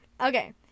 Okay